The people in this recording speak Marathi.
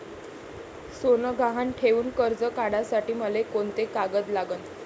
सोनं गहान ठेऊन कर्ज काढासाठी मले कोंते कागद लागन?